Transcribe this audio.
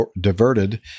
diverted